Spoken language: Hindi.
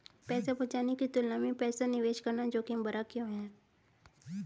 पैसा बचाने की तुलना में पैसा निवेश करना जोखिम भरा क्यों है?